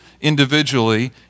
individually